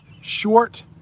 short